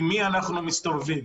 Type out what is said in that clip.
עם מי אנחנו מסתובבים.